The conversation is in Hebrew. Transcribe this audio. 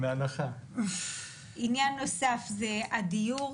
עניין נוסף זה הדיור,